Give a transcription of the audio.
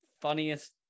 funniest